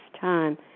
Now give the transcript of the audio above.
time